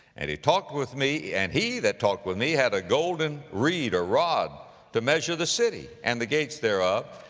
and he talked with me, and he that talked with me had a golden reed, or rod, to measure the city, and the gates thereof,